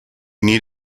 need